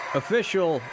official